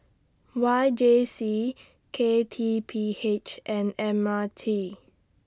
Y J C K T P H and M R T